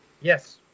Yes